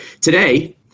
today